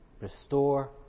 Restore